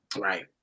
Right